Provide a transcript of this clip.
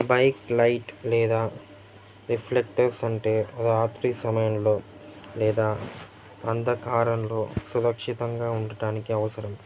bike light లేదా reflectors అంటే రాత్రి సమయంలో లేదా అంధకారంలో సురక్షితంగా ఉండడానికి అవసరం